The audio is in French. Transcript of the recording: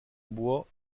bois